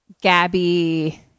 Gabby